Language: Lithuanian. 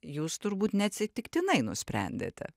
jūs turbūt neatsitiktinai nusprendėte